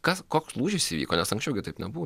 kas koks lūžis įvyko nes anksčiau gi taip nebu